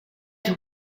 had